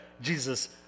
Jesus